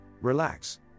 relax